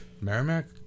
Merrimack